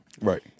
Right